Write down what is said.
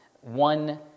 One